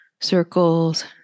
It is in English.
circles